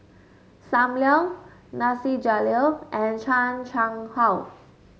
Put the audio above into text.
Sam Leong Nasir Jalil and Chan Chang How